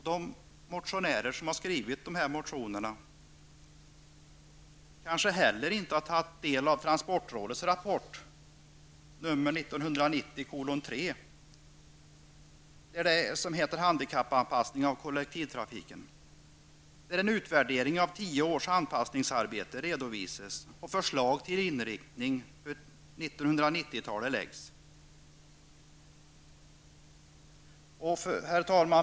De ledamöter som har skrivit de här motionerna kanske heller inte har tagit del av transportrådets rapport 1990:3, som heter Handikappanpassning av kollektivtrafiken. En utvärdering av tio års anpassningsarbete redovisas och förslag till inriktning under 1990-talet läggs fram. Herr talman!